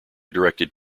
directed